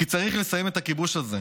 כי צריך לסיים את הכיבוש הזה".